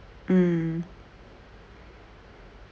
mm